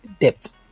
depth